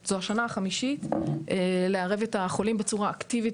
זו השנה החמישית שאנחנו מערבים את החולים בצורה אקטיבית